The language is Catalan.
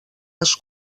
les